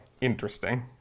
Interesting